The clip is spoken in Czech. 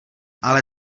ale